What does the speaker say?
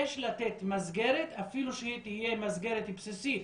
יש לתת מסגרת, אפילו שהיא תהיה מסגרת בסיסית